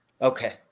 okay